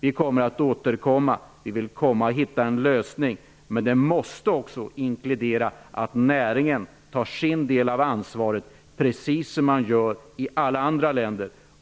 Vi återkommer i denna fråga. Vi vill finna en lösning. Men den måste också inkludera att näringen tar sin del av ansvaret, precis som man gör i alla andra länder.